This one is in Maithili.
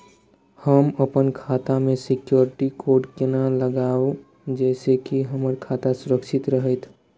हम अपन खाता में सिक्युरिटी कोड केना लगाव जैसे के हमर खाता सुरक्षित रहैत?